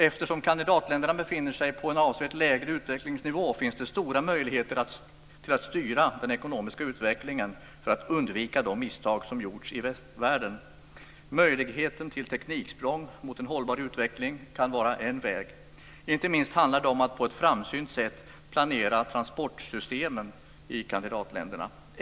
Eftersom kandidatländerna befinner sig på en avsevärt lägre utvecklingsnivå finns det stora möjligheter att styra den ekonomiska utvecklingen för att undvika de misstag som gjorts i västvärlden. Möjligheten till tekniksprång mot en hållbar utveckling kan vara en väg. Inte minst handlar det om att på ett framsynt sätt planera transportsystemen i kandidatländerna.